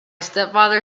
stepfather